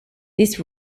this